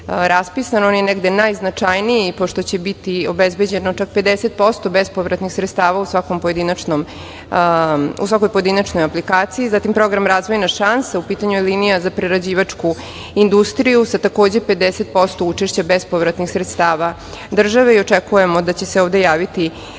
On je negde najznačajniji, pošto će biti obezbeđeno čak 50% bespovratnih sredstava u svakoj pojedinačnoj aplikaciji. Program „Razvojna šansa“, a u pitanju je linija za prerađivačku industriju sa takođe 50% učešća bespovratnih sredstava države i očekujemo da će se ovde javiti